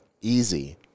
easy